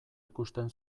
ikusten